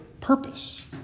purpose